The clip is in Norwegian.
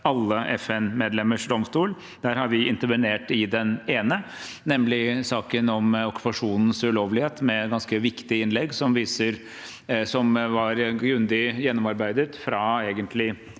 alle FN-medlemmers domstol, og der har vi intervenert i den ene, nemlig i saken om okkupasjonens ulovlighet, med et ganske viktig innlegg. Innlegget var grundig gjennomarbeidet – fra